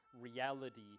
reality